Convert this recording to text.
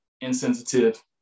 insensitive